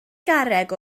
garreg